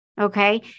Okay